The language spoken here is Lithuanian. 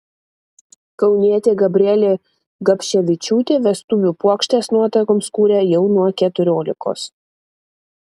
kaunietė gabrielė gabševičiūtė vestuvių puokštes nuotakoms kuria jau nuo keturiolikos